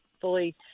fully